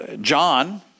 John